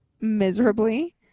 miserably